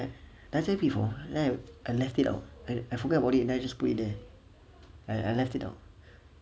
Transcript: did I say before then I I left it out I I forget about it then I just put it there I I left it out